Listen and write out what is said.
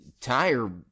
tire